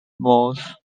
mouse